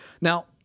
now